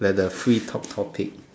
at the free talk topic